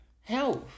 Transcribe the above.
health